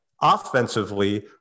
Offensively